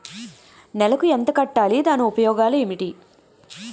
నెలకు ఎంత కట్టాలి? దాని ఉపయోగాలు ఏమిటి?